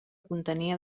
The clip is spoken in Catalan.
contenia